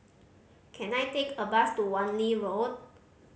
can I take a bus to Wan Lee Road